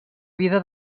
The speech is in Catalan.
vida